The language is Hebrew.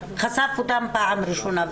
חשף אותן פעם ראשונה,